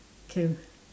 okay